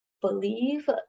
believe